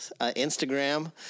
Instagram